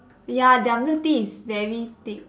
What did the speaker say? ya their milk tea is very thick